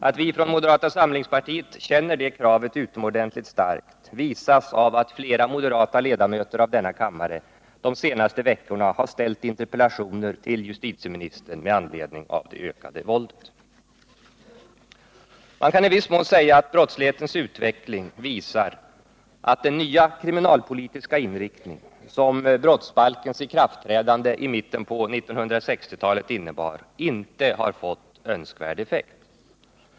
Att vi från moderata samlingspartiet känner det kravet utomordentligt starkt visas bl.a. av att flera moderata ledamöter av denna kammare de senaste veckorna har riktat interpellationer till justitieministern med anledning av det ökade våldet. Man kan i viss mån säga att brottslighetens utveckling visar att den nya kriminalpolitiska inriktning som brottsbalkens ikraftträdande i mitten på 1960-talet innebar inte har fått önskvärd effekt.